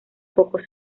pocos